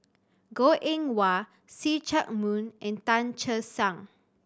Goh Eng Wah See Chak Mun and Tan Che Sang